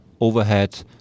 overhead